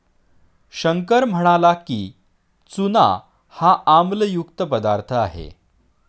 शंकर म्हणाला की, चूना हा आम्लयुक्त पदार्थ आहे